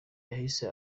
yahise